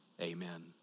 Amen